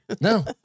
no